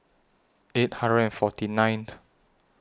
eight hundred and forty ninth